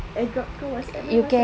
AirDrop ke WhatsApp eh